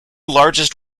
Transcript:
largest